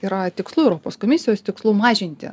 yra tikslų europos komisijos tikslų mažinti